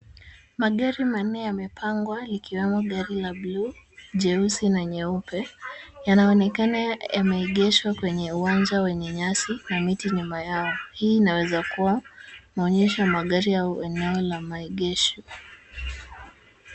Magari manne yamepangwa likiwemo gari la bluu, jeusi na nyeupe. Yanaonekana yameegeshwa kwenye uwanja wenye nyasi na miti nyuma yao. Hii inaweza kuwa maonyesho ya magari au eneo la maegesho.